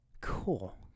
Cool